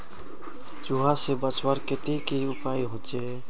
चूहा से बचवार केते की उपाय होचे?